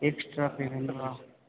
extra payment वा